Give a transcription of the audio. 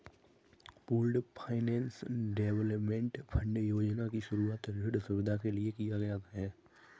pooled finance development fund योजना की शुरूआत ऋण सुविधा के लिए किया गया है